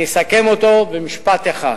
אני אסכם אותו במשפט אחד: